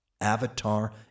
avatar